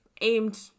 aimed